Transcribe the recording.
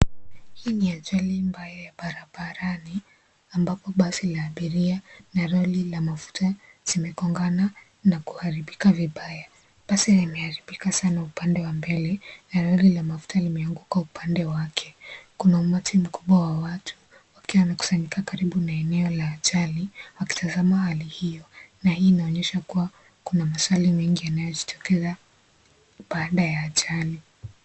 Hii ni ajali mbaya ya barabarani ambapo basi la abiria na lori la mafuta zimegongana na kuharibika vibaya. Basi limeharibika sana upande wa mbele na lori la mafuta limeanguka upande wake. Kuna umati mkubwa wa watu wakiwa wamekusanyika karibu na eneo la ajali wakitazama hali hiyo, na hii inaonyesha kuwa kuna maswali mengi yanayojitokeza baada ya ajali.